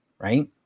Right